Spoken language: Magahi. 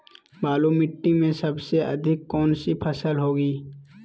बालू मिट्टी में सबसे अधिक कौन सी फसल होगी?